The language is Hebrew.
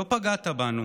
לא פגעת בנו